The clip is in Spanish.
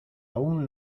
aún